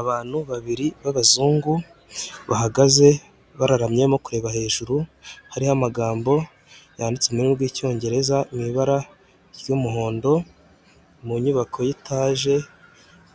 Abantu babiri b'abazungu bahagaze bararamye barimo kureba hejuru hariho amagambo yanditse urumi rw'icyongereza mu ibara ry'umuhondo mu nyubako y'itaje